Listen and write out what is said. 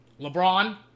LeBron